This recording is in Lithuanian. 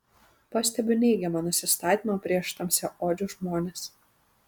pastebiu neigiamą nusistatymą prieš tamsiaodžius žmones